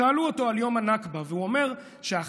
שאלו אותו על יום הנכבה והוא אמר שאחת